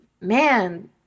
man